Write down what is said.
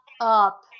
up